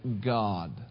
God